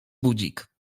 budzik